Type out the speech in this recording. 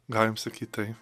galim sakyt taip